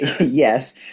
Yes